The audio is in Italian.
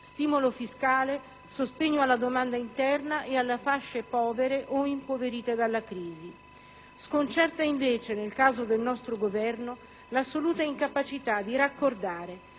stimolo fiscale, sostegno alla domanda interna e alle fasce povere o impoverite dalla crisi. Sconcerta invece, nel caso del nostro Governo, l'assoluta incapacità di raccordare